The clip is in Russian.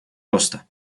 роста